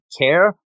care